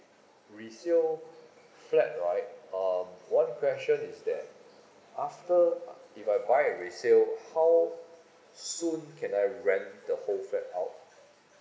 resale flat right um one question is that after uh if I buy a resale how soon can I rent the whole flat out